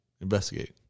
investigate